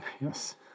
Yes